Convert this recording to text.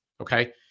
Okay